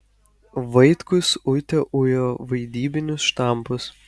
vaitkus uite ujo vaidybinius štampus